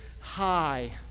high